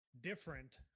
different